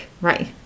Right